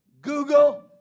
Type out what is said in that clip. Google